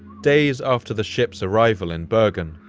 days after the ships arrival in bergen,